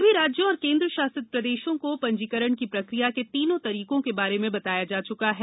सभी राज्यों और केन्द्र शासित प्रदेशों को पंजीकरण की प्रक्रिया के तीनों तरीकों के बारे में बताया जा चुका है